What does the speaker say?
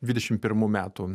dvidešimt pirmų metų